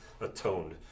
atoned